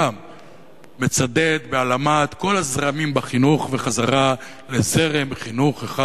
מאוד מצדד בהעלמת כל הזרמים בחינוך וחזרה לזרם חינוך אחד,